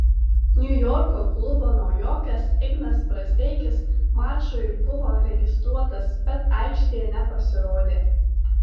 niujorko klubo naujokas ignas brazdeikis mačui buvo registruotas bet aikštėje nepasirodė